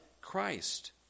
Christ